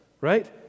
right